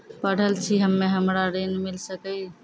पढल छी हम्मे हमरा ऋण मिल सकई?